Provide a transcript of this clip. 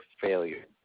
failure